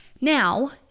Now